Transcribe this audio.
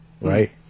right